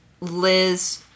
Liz